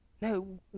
no